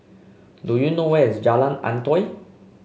do you know where is Jalan Antoi